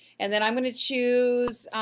and then i'm gonna choose,